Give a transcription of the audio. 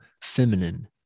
feminine